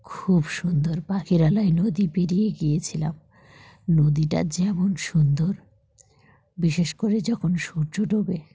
খুব সুন্দর পাখিরালায় নদী পেরিয়ে গিয়েছিলাম নদীটা যেমন সুন্দর বিশেষ করে যখন সূর্য ডোবে